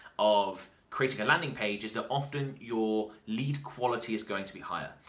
of creating a landing page, is that often your lead quality is going to be higher.